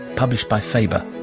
published by faber.